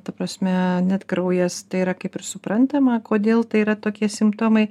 ta prasme net kraujas tai yra kaip ir suprantama kodėl tai yra tokie simptomai